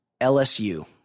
LSU